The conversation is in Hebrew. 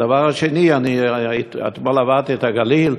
והדבר השני: אני אתמול עברתי את הגליל,